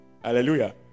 Hallelujah